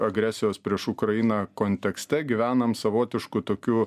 agresijos prieš ukrainą kontekste gyvenam savotišku tokiu